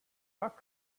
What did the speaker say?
rock